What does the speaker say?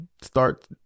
start